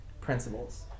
principles